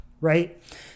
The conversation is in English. Right